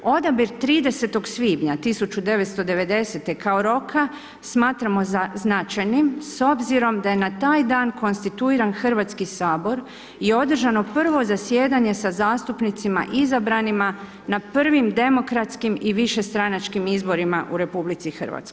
Odabir 30. svibnja 1990. kao roka smatramo značajnim s obzirom da je na taj dan konstituiran Hrvatski sabor i održano prvo zasjedanje sa zastupnicima izabranima na prvim demokratskim i višestranačkim izborima u RH.